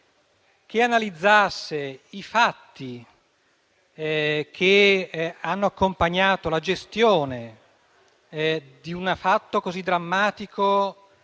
che analizzi i fatti che hanno accompagnato la gestione di un evento così drammatico